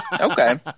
Okay